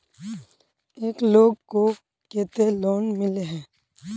एक लोग को केते लोन मिले है?